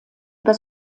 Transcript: über